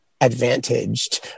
advantaged